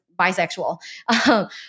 bisexual